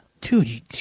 Dude